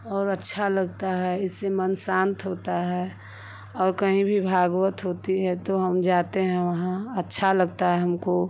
और अच्छा लगता है इससे मन शांत होता है और कहीं भी भागवत होती है तो हम जाते हैं वहाँ अच्छा लगता है हमको